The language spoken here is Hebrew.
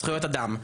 זכויות אדם,